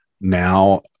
now